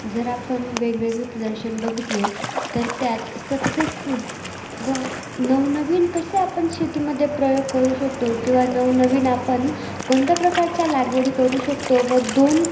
जर आपण वेगवेगळे प्रदर्शन बघितले तर त्यात सक्सेसफुल व नवनवीन कसे आपण शेतीमे प्रयोग करू शकतो किंवा नवनवीन आपण कोणत्या प्रकारच्या लागवडी करू शकतो व दोन